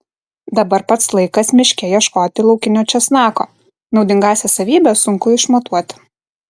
dabar pats laikas miške ieškoti laukinio česnako naudingąsias savybes sunku išmatuoti